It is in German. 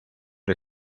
der